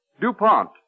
DuPont